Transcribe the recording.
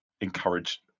encourage